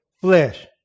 Flesh